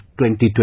2020